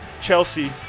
Chelsea